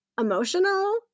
emotional